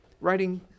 writing